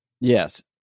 Yes